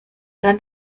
dann